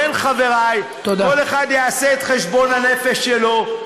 לכן, חבריי, כל אחד יעשה את חשבון הנפש שלו.